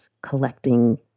collecting